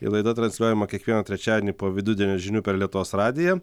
ir laida transliuojama kiekvieną trečiadienį po vidudienio žinių per lietuvos radiją